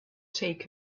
take